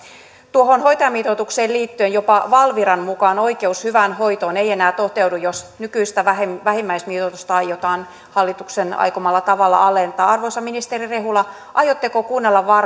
tuohon hoitajamitoitukseen liittyen jopa valviran mukaan oikeus hyvään hoitoon ei enää toteudu jos nykyistä vähimmäismitoitusta aiotaan hallituksen aikomalla tavalla alentaa arvoisa ministeri rehula aiotteko kuunnella